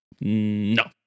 No